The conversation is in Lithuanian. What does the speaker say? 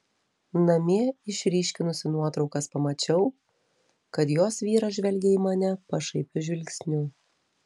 namie išryškinusi nuotraukas pamačiau kad jos vyras žvelgia į mane pašaipiu žvilgsniu